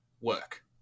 work